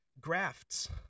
grafts